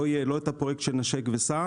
לא יהיה, לא את הפרויקט של 'נשק וסע'